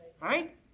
Right